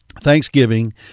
Thanksgiving